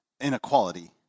inequality